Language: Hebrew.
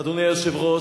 אדוני היושב-ראש,